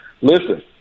Listen